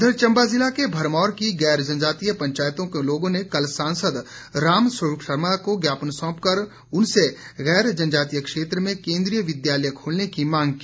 इधर चंबा ज़िला के भरमौर की गैर जनजातीय पंचायतों के लोगों ने कल सांसद रामस्वरूप शर्मा को ज्ञापन सौंप कर उनसे गैर जनजातीय क्षेत्र में केंद्रीय विद्यालय खोलने की मांग की